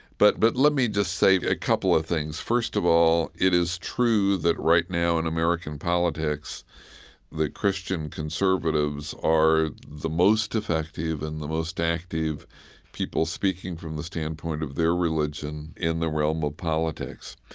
but but let me just say a couple of things. first of all, it is true that right now in american politics the christian conservatives are the most effective and the most active people speaking from the standpoint of their religion in the realm of politics.